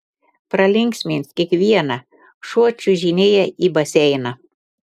pralinksmins kiekvieną šuo čiuožinėja į baseiną